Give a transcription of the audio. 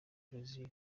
brazil